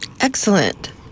Excellent